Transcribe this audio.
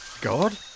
God